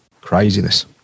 craziness